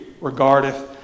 regardeth